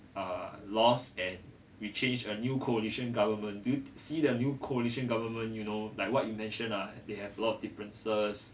uh lost and we change a new coalition government do you see the new coalition government you know like what you mentioned ah they have lot of differences